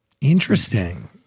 Interesting